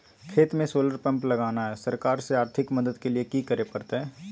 खेत में solar pump लगाना है, सरकार से आर्थिक मदद के लिए की करे परतय?